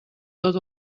tot